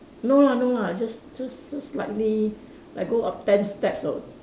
no lah no lah just just just slightly like go up ten steps or